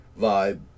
vibe